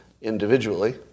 individually